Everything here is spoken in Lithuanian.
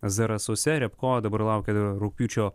zarasuose riabko dabar laukia rugpjūčio